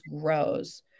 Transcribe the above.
grows